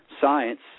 science